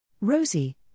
Rosie